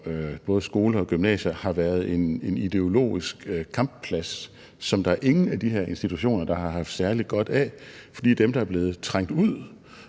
hvor både skoler og gymnasier har været en ideologisk kampplads, som ingen af de her institutioner har haft særlig godt af, fordi dem, der er blevet trængt ud,